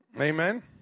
Amen